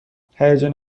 هیجان